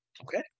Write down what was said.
Okay